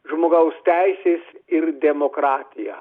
žmogaus teisės ir demokratija